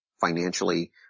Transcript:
financially